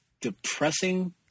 depressing